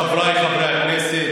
חבריי חברי הכנסת,